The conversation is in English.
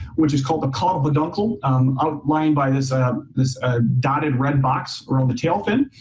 which is called a caudal peduncle outlined by this ah um this ah dotted red box around the tail fin.